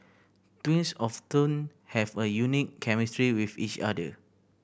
twins often have a unique chemistry with each other